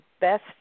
best